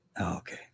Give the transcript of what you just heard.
Okay